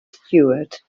stuart